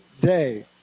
day